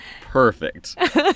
perfect